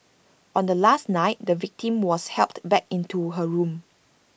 on the last night the victim was helped back into her room